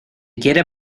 quiere